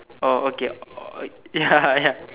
oh okay uh ya ya